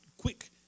quick